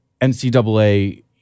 NCAA